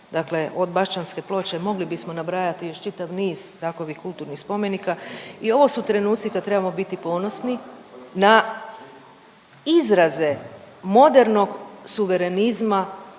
dakle od Bašćanske ploče, mogli bismo nabrajati još čitav niz takovih kulturnih spomenika i ovo su trenutci kad trebamo biti ponosni na izraze modernog suverenizma